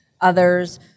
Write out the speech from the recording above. Others